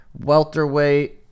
Welterweight